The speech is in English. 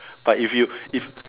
but if you if